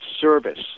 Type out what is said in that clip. service